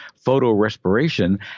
photorespiration